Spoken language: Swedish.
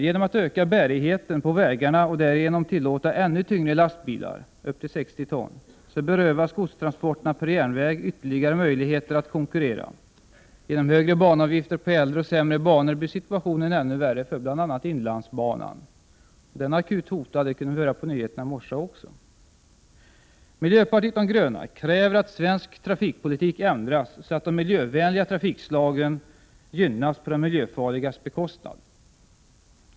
Genom att öka bärigheten på vägarna och därigenom tillåta ännu tyngre lastbilar, upp till 60 ton, berövas godstransporterna per järnväg ytterligare möjligheter att konkurrera. Genom högre banavgifter på äldre och sämre banor blir situationen ännu värre för bl.a. inlandsbanan. Den är akut hotad. Det kunde vi också höra på nyheterna i morse. Miljöpartiet de gröna kräver att svensk trafikpolitik ändras så att de miljövänliga trafikslagen gynnas på de miljöfarligas bekostnad.